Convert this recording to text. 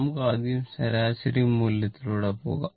നമുക്ക് ആദ്യം ശരാശരി മൂല്യത്തിലൂടെ പോകാം